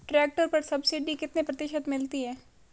Tractor पर subsidy कितने प्रतिशत मिलती है?